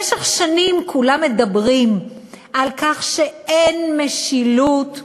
במשך שנים כולם מדברים על כך שאין משילות במדינה,